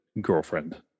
girlfriend